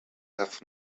have